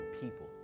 people